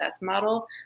model